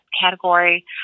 category